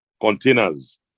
containers